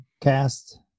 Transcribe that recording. cast